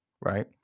right